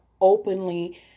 openly